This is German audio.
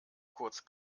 kurz